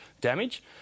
damage